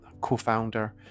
co-founder